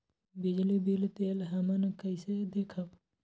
बिजली बिल देल हमन कईसे देखब?